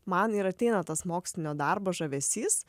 man ir ateina tas mokslinio darbo žavesys